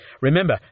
Remember